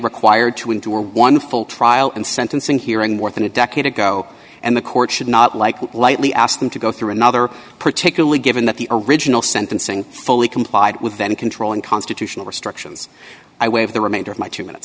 required to endure one full trial and sentencing hearing more than a decade ago and the court should not like lightly ask them to go through another particularly given that the original sentencing fully complied with them controlling constitutional restrictions i waive the remainder of my two minutes